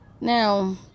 now